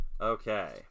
Okay